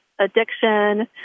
addiction